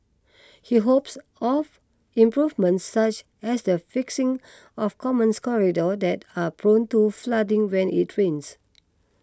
he hopes of improvements such as the fixing of commons corridors that are prone to flooding when it rains